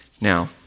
Now